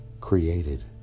created